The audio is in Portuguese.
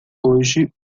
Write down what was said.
hoje